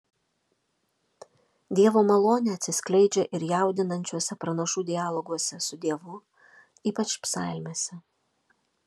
dievo malonė atsiskleidžia ir jaudinančiuose pranašų dialoguose su dievu ypač psalmėse